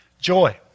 Joy